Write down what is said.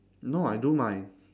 no I do my